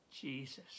Jesus